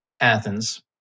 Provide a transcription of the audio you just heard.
Athens